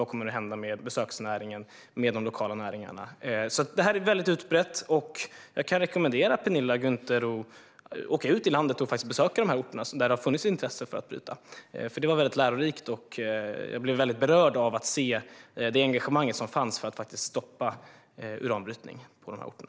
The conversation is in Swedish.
Vad kommer att hända med besöksnäringen och de andra lokala näringarna? Det här är väldigt utbrett. Jag kan rekommendera Penilla Gunther att åka ut i landet och besöka de orter där det har funnits intresse för brytning. Det var väldigt lärorikt. Jag blev starkt berörd av att se det engagemang som fanns för att stoppa uranbrytning på de här orterna.